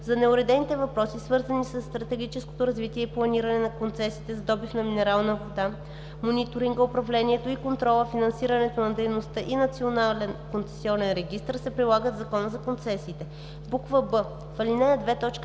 За неуредените въпроси, свързани със стратегическото развитие и планиране на концесиите за добив на минерална вода, мониторинга, управлението и контрола, финансирането на дейността и Национален концесионен регистър, се прилага Законът за концесиите.“; б) в ал. 2 т.